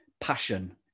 Passion